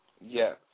Yes